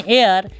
air